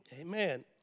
Amen